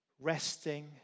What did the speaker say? resting